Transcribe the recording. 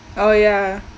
oh ya